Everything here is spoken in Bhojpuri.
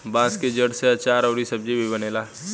बांस के जड़ से आचार अउर सब्जी भी बनेला